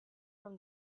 from